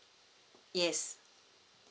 yes